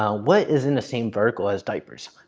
um what is in the same vertical as diapers?